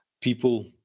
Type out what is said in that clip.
people